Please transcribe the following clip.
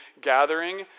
gathering